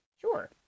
Sure